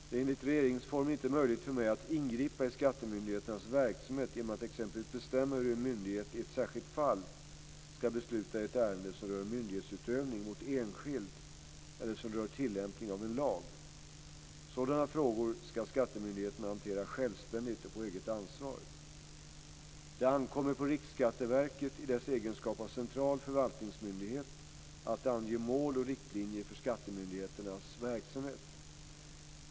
Det är enligt regeringsformen inte möjligt för mig att ingripa i skattemyndigheternas verksamhet genom att exempelvis bestämma hur en myndighet i ett särskilt fall ska besluta i ett ärende som rör myndighetsutövning mot enskild eller som rör tillämpning av en lag. Sådana frågor ska skattemyndigheterna hantera självständigt och på eget ansvar. Det ankommer på Riksskatteverket, i dess egenskap av central förvaltningsmyndighet, att ange mål och riktlinjer för skattemyndigheternas verksamhet.